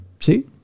See